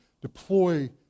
deploy